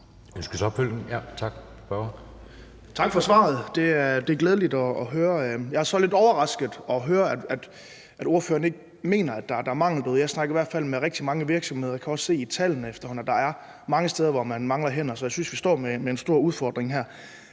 Skriver (S): Tak for svaret. Det er glædeligt at høre. Jeg er så lidt overrasket over at høre, at ordføreren ikke mener, at der er mangel derude. Jeg snakker i hvert fald med rigtig mange virksomheder og kan efterhånden også se i tallene, at der er mange steder, hvor man mangler hænder. Så jeg synes, vi står med en stor udfordring her.